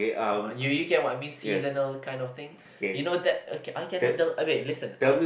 uh you you get what I mean seasonal kind of thing you know that ok~ I can handle I mean listen I